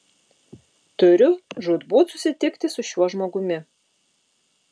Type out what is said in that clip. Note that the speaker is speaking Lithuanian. turiu žūtbūt susitikti su šiuo žmogumi